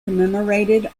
commemorated